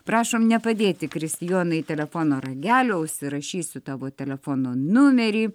prašom nepadėti kristijonai telefono ragelio užsirašysiu tavo telefono numerį